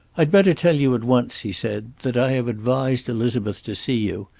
i'd better tell you at once, he said, that i have advised elizabeth to see you,